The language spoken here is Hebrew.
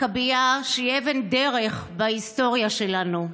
מכבייה שהיא אבן דרך בהיסטוריה שלנו.